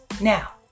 Now